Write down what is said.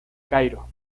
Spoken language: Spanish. cairo